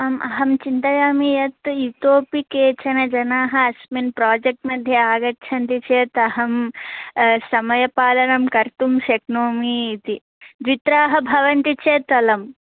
आम् अहं चिन्तयामि यत् इतोऽपि केचन जनाः अस्मिन् प्राजेक्ट् मध्ये आगच्छन्ति चेत् अहं समयपालनं कर्तुं शक्नोमि इति द्वित्राः भवन्ति चेत् अलम्